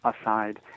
aside